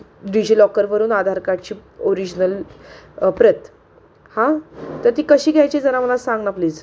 डिजिलॉकरून आधार कार्डची ओरिजनल प्रत हां तर ती कशी घ्यायची जरा मला सांग ना प्लीज